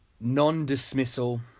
non-dismissal